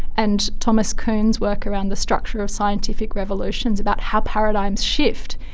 and thomas kuhn's work around the structure of scientific revolutions, about how paradigms shift,